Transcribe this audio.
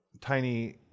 tiny